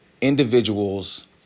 individuals